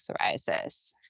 psoriasis